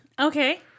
Okay